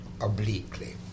obliquely